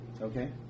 Okay